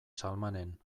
salmanen